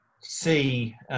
see